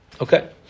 okay